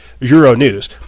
Euronews